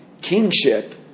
kingship